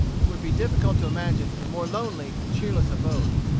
it would be difficult to imagine a more lonely and cheerless abode.